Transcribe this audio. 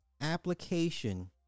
application